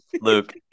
Luke